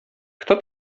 kto